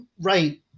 right